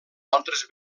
altres